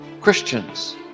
Christians